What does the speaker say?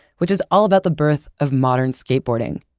which is all about the birth of modern skateboarding.